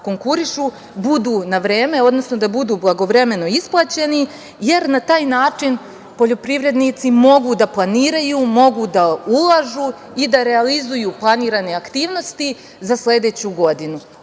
budu na vreme, odnosno da budu blagovremeno isplaćeni, jer na taj način poljoprivrednici mogu da planiraju, mogu da ulažu i da realizuju planirane aktivnosti za sledeću godinu.